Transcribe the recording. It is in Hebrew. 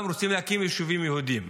רוצים להקים יישובים יהודיים.